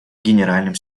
генеральным